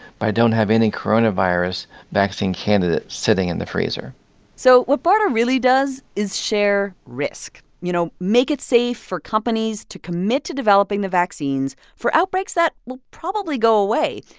but i don't have any coronavirus vaccine candidate sitting in the freezer so what barda really does is share risk you know, make it safe for companies to commit to developing the vaccines for outbreaks that will probably go away.